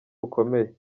bukomeye